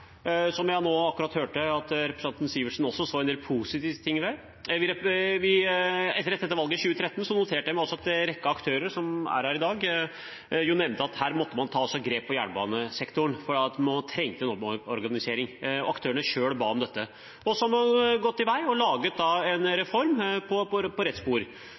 som jeg akkurat nå hørte at representanten Sivertsen også så en del positivt ved. Etter valget i 2013 noterte jeg meg også at en rekke aktører som er her i dag, nevnte at man også måtte ta grep i jernbanesektoren, for man trengte en omorganisering. Aktørene ba selv om dette. Så har vi gått i vei og laget en reform, På